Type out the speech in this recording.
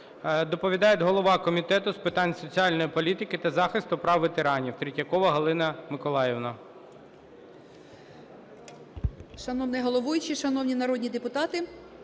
Доповідає голова Комітету з питань соціальної політики та захисту прав ветеранів Третьякова Галина Миколаївна.